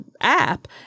app